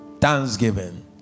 Thanksgiving